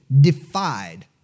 defied